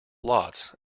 lots